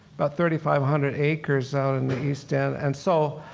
about thirty five hundred acres out in the east end. and so,